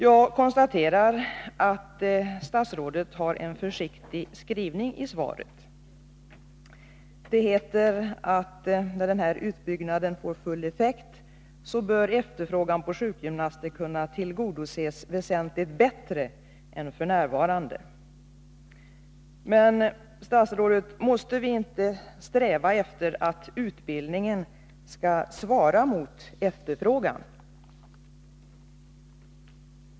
Jag konstaterar att statsrådet har en försiktig skrivning i svaret. Det heter: ”När denna utbyggnad får full effekt, bör efterfrågan på sjukgymnaster kunna tillgodoses väsentligt bättre än f. n.”” Men måste vi inte, fru statsrådet, Nr 135 är 3 3 Å vi å sträva efter att utbildningen skall svara mot efterfrågan?